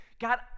God